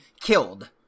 killed